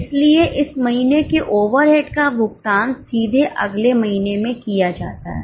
इसलिए इस महीने के ओवरहेड का भुगतान सीधे अगले महीने में किया जाता है